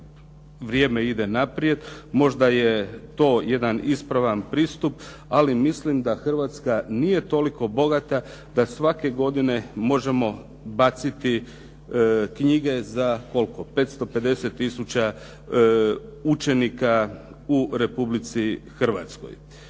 vrijeme ide naprijed. Možda je to jedan ispravan pristup, ali mislim da Hrvatska nije toliko bogata da svake godine možemo baciti knjige za koliko 550 tisuća učenika u Republici Hrvatskoj.